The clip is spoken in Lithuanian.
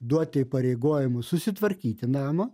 duoti įpareigojimų susitvarkyti namą